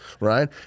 right